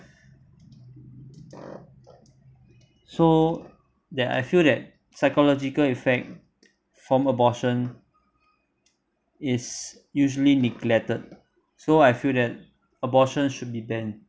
so that I feel that psychological effect form abortion is usually neglected so I feel that abortion should be banned